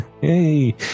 Hey